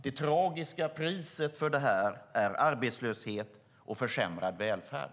Det tragiska priset för det, herr talman, är arbetslöshet och försämrad välfärd.